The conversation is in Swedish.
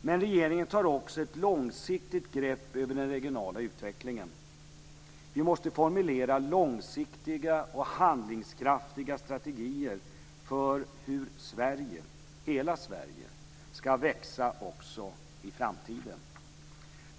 Men regeringen tar också ett långsiktigt grepp över den regionala utvecklingen. Vi måste formulera långsiktiga och handlingskraftiga strategier för hur hela Sverige skall växa också i framtiden.